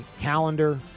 calendar